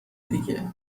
دیگه